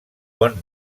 bon